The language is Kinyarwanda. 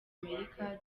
amerika